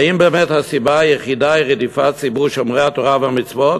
האם באמת הסיבה היחידה היא רדיפת ציבור שומרי התורה והמצוות,